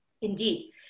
Indeed